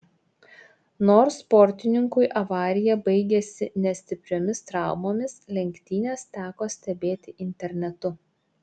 nors sportininkui avarija baigėsi ne stipriomis traumomis lenktynes teko stebėti internetu